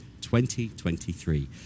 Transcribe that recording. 2023